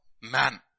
man